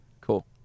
Cool